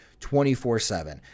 24/7